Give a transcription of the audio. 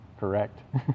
Correct